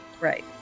Right